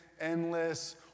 endless